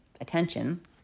attention